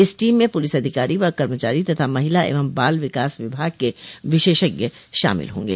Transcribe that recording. इस टीम में पुलिस अधिकारी व कर्मचारी तथा महिला एवं बाल विकास विभाग के विशेषज्ञ शामिल होंगे